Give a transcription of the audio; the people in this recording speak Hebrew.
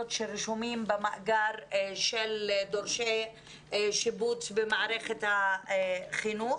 שרשומים במאגר של דורשי שיבוץ במערכת החינוך.